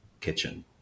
kitchen